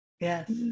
yes